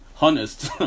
honest